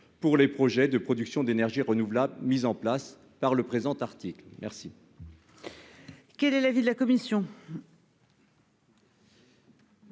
pour les projets de production d'énergies renouvelables mis en place par le présent article. Quel